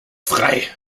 frei